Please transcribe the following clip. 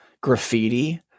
graffiti